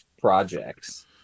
projects